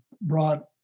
brought